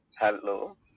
Hello